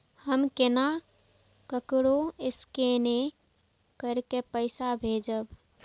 हम केना ककरो स्केने कैके पैसा भेजब?